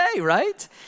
right